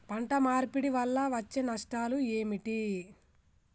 పంట మార్పిడి వల్ల వచ్చే నష్టాలు ఏమిటి?